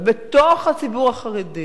אבל בתוך הציבור החרדי